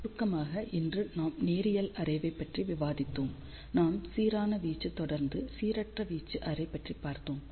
சுருக்கமாக இன்று நாம் நேரியல் அரேவை பற்றி விவாதித்தோம் நாம் சீரான வீச்சு தொடர்ந்து சீரற்ற வீச்சு அரே பற்றிப் பார்த்தோம்